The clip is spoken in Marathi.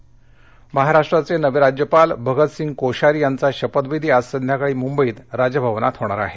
राज्यपाल महाराष्ट्राचे नवे राज्यपाल भगतसिंग कोश्यारी यांचा शपथविधी आज संध्याकाळी मुंबईत राजभवनात होणार आहे